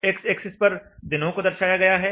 x axis पर दिनों को दर्शाया गया है